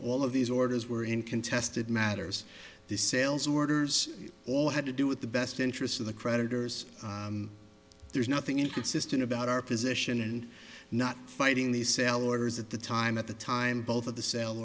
all of these orders were in contested matters the sales orders all had to do with the best interest of the creditors there's nothing inconsistent about our position and not fighting the sell orders at the time at the time both of the sale